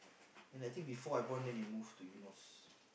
then I think before I born then they move to Eunos